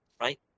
right